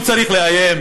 הוא צריך לאיים?